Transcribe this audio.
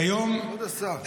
זה כבוד השר.